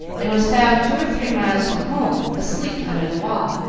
and was found two or three miles from home, asleep under the wall,